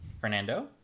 Fernando